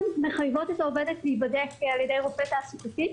מחייבות את העובדת להיבדק על ידי רופא תעסוקתי.